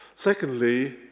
Secondly